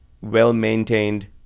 well-maintained